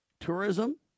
Tourism